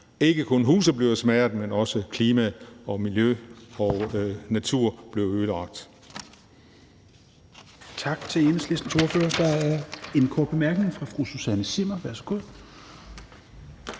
Ikke kun huse bliver smadret, men også klima, miljø og natur bliver ødelagt.